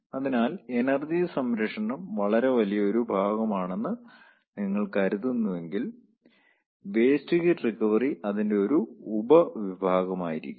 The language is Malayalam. അതിനാൽ എനർജി സംരക്ഷണം വളരെ വലിയ ഒരു ഭാഗമാണെന്ന് നിങ്ങൾ കരുതുന്നുവെങ്കിൽ വേസ്റ്റ് റിക്കവറി അതിന്റെ ഒരു ഉപവിഭാഗമായിരിക്കും